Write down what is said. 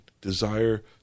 desire